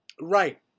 right